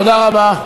תודה רבה.